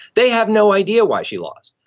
they have no idea why she lost.